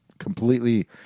Completely